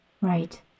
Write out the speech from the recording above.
Right